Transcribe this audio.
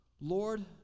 Lord